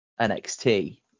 NXT